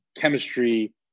chemistry